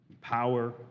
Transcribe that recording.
power